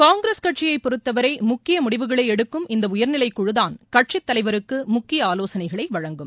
காங்கிரஸ் கட்சியைப் பொறுத்தவரை முக்கிய முடிவுகளை எடுக்கும் இந்த உயர்நிலைக் குழுதான் கட்சி தலைவருக்கு முக்கிய ஆலோசனைகளை வழங்கும்